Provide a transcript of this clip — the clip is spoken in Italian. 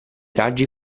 raggi